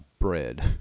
Bread